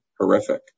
horrific